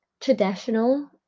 traditional